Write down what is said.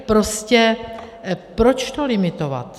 Prostě proč to limitovat?